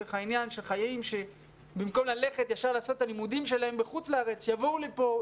חיילים שבמקום ללכת מיד להמשיך את הלימודים שלהם בחוץ לארץ יבואו לכאן,